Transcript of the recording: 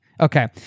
okay